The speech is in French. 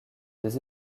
des